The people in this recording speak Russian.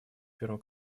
первом